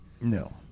No